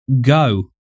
Go